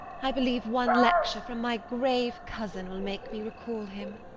i believe one lecture from my grave cousin will make me recall him.